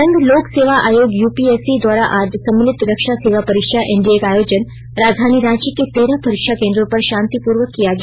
संघ लोक सेवा आयोग यूपीएससी द्वारा आज सम्मिलित रक्षा सेवा परीक्षा एनडीए का आयोजन राजधानी रांची के तेरह परीक्षा केंद्रों पर शांतिपूर्वक किया गया